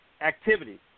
Activity